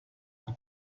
qui